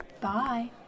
Bye